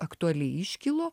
aktualiai iškilo